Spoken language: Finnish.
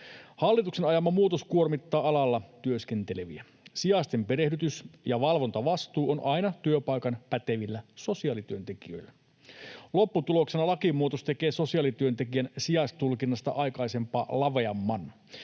Hallituksen ajama muutos kuormittaa alalla työskenteleviä. Sijaisten perehdytys- ja valvontavastuu on aina työpaikan pätevillä sosiaalityöntekijöillä. Lopputuloksena lakimuutos tekee sosiaalityöntekijän sijaisen tulkinnasta aikaisempaa laveamman.